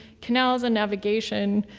canals and navigation,